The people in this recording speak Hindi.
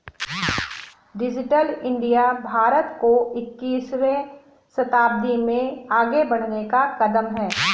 डिजिटल इंडिया भारत को इक्कीसवें शताब्दी में आगे बढ़ने का कदम है